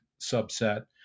subset